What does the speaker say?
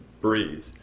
breathe